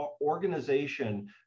organization